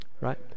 right